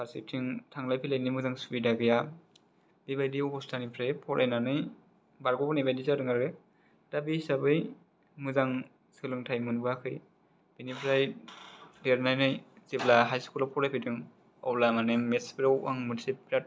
फारसेथिं थांलाय फैलायनि मोजां सुबिदा गैया बेबायदि अबस्था निफ्राय फरायनानै बारग'बोनाय बादि जादों आरो दा बे हिसाबै मोजां सोलोंथाय मोनबोआखै बेनिफ्राइ देरनानै जेब्ला हाईस स्कुलाव फरायफैदों अब्ला माने मेटस फोराव आं मोनसे बिराथ